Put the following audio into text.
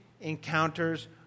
encounters